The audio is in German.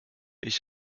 ich